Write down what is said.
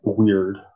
weird